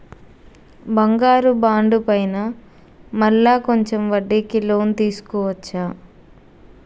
బంగారు బాండు పైన మళ్ళా కొంచెం వడ్డీకి లోన్ తీసుకోవచ్చా?